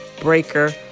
Breaker